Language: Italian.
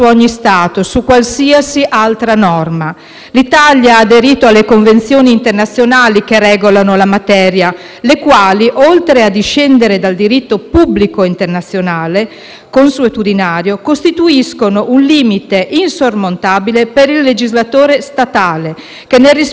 la materia, le quali, oltre a discendere dal diritto pubblico internazionale consuetudinario, costituiscono un limite insormontabile per il legislatore statale che, nel rispetto degli articoli 10, 11 e 117 della Costituzione, non può derogarvi